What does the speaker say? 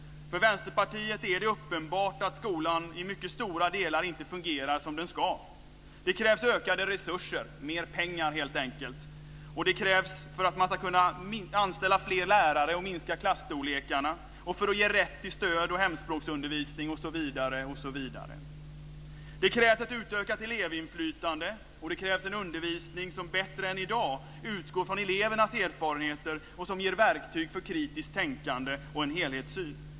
För Vänsterpartiet är det uppenbart att skolan i mycket stora delar inte fungerar som den ska. Det krävs ökade resurser - mer pengar helt enkelt - för att man ska kunna anställa fler lärare och minska klasstorlekarna och ge rätt stöd och hemspråksundervisning osv. Det krävs ett utökat elevinflytande, och det krävs en undervisning som bättre än i dag utgår från elevernas erfarenheter och som ger verktyg för kritiskt tänkande och en helhetssyn.